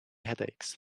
headaches